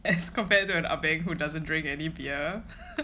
as compared to ah beng who doesn't drink any beer